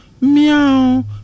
meow